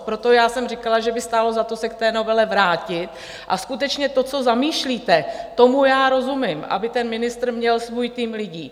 Proto jsem říkala, že by stálo za to se k té novele vrátit, a skutečně to, co zamýšlíte tomu já rozumím, aby ministr měl svůj tým lidí.